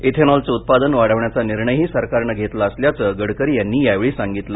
इथेनॉलचं उत्पादन वाढवण्याचा निर्णयही सरकारनं घेतला असल्याचं गडकरी यांनी यावेळी सांगितलं